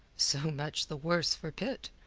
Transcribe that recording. so much the worse for pitt.